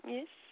Yes